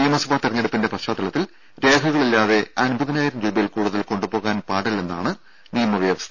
നിയമസഭാ തിരഞ്ഞെടുപ്പിന്റെ പശ്ചാത്തലത്തിൽ രേഖകളില്ലാതെ അൻപതിനായിരം രൂപയിൽ കൂടുതൽ കൊണ്ടു പോകാൻ പാടില്ലെന്നാണ് ജനപ്രാതിനിധ്യ നിയമത്തിലെ വ്യവസ്ഥ